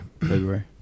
February